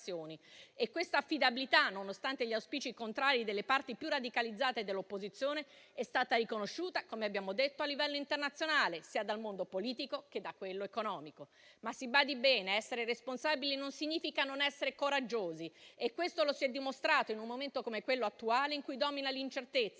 Questa affidabilità, nonostante gli auspici contrari delle parti più radicalizzate dell'opposizione, è stata riconosciuta, come abbiamo detto, a livello internazionale, sia dal mondo politico che da quello economico. Si badi bene: essere responsabili non significa non essere coraggiosi e questo lo si è dimostrato in un momento come quello attuale, in cui domina l'incertezza,